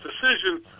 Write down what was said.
decision